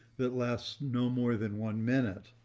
that lasts no more than one minute.